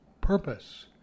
purpose